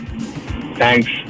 Thanks